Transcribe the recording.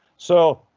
so,